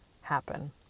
happen